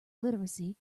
literacy